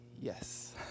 Yes